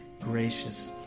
Gracious